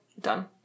Done